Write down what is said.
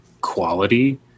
quality